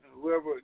whoever